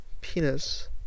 penis